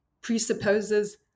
presupposes